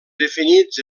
definits